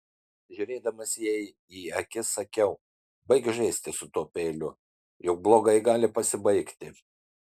žiūrėdamas jai į akis sakiau baik žaisti su tuo peiliu juk blogai gali pasibaigti